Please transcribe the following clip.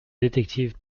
détective